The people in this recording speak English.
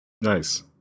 nice